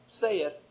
saith